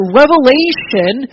revelation